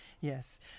Yes